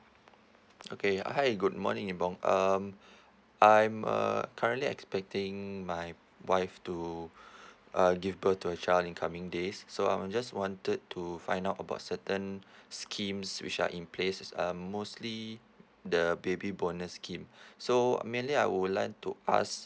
okay uh hi good morning nee bong um I'm uh currently expecting my wife to uh give birth to a child in coming days so I will just wanted to find out about certain schemes which are in place is um mostly the baby bonus scheme so mainly I would like to ask